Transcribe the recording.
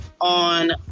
on